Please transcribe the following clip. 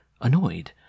annoyed